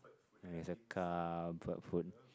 it's a comfort food